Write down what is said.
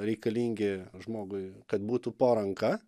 reikalingi žmogui kad būtų po ranka